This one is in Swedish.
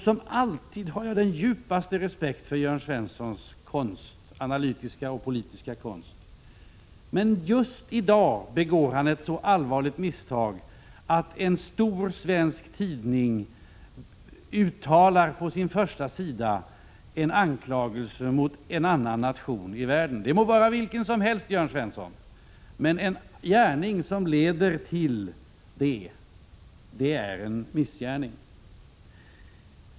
Som alltid har jag den djupaste respekt för Jörn Svenssons analytiska och politiska konst, men just i dag begår han ett så allvarligt misstag att en stor svensk tidning på sin första sida uttalar en anklagelse mot en annan nation i världen. Det må vara vilken nation som helst, Jörn Svensson, men en gärning som leder till det är en missgärning.